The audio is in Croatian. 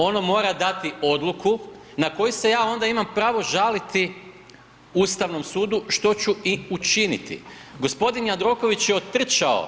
Ono mora dati odluku na koju se ja onda imam pravo žaliti Ustavnom sudu, što ću i učiniti. g. Jandroković je otrčao…